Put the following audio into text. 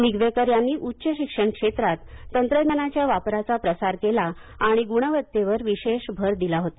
निगवेकर यांनी उच्च शिक्षण क्षेत्रात तंत्रज्ञानाच्या वापराचा प्रसार केला आणि ग्रणवत्तेवर विशेष भर दिला होता